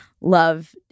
love